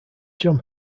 john